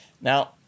Now